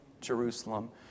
Jerusalem